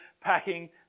packing